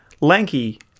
lanky